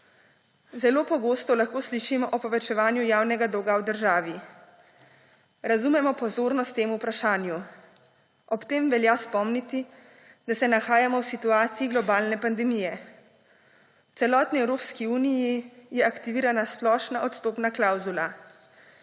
Zelo pogosto lahko slišimo o povečevanju javnega dolga v državi. Razumemo pozornost temu vprašanju. Ob tem velja spomniti, da se nahajamo v situaciji globalne pandemije. V celotni Evropski uniji je aktivirana splošna odstopna klavzula.